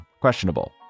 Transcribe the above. questionable